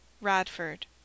Radford